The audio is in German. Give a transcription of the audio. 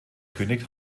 könig